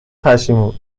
پشیمون